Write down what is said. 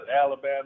Alabama